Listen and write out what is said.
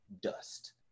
dust